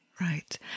right